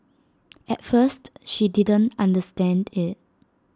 at first she didn't understand IT